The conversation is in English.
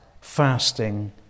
fasting